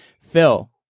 Phil